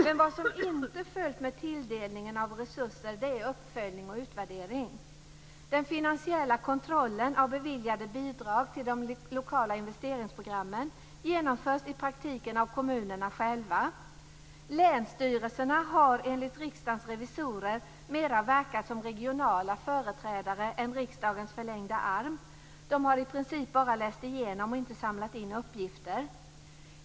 Men vad som inte följt med tilldelningen av resurser är uppföljning och utvärdering. Den finansiella kontrollen av beviljade bidrag till de lokala investeringsprogrammen genomförs i praktiken av kommunerna själva. Länsstyrelserna har enligt Riksdagens revisorer mer verkat som regionala företrädare än som riksdagens förlängda arm. De har i princip bara läst igenom och inte samlat in uppgifter.